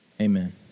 Amen